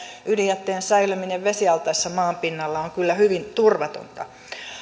ydinjätteen säilöminen vesialtaissa maan pinnalla on kyllä hyvin turvatonta